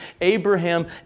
Abraham